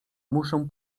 muszę